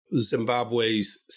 Zimbabwe's